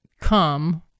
come